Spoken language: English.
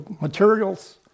materials